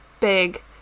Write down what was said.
big